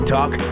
Talk